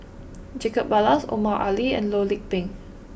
Jacob Ballas Omar Ali and Loh Lik Peng